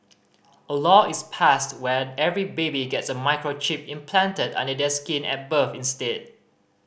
a law is passed where every baby gets a microchip implanted under their skin at birth instead